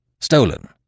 stolen